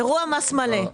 אירוע מס מלא.